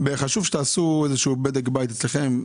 חשוב שתעשו איזשהו בדק בית אצלכם,